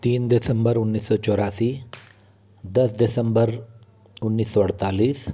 तीन दिसम्बर उन्नीस सौ चौरासी दस दिसम्बर उन्नीस सौ अड़तालीस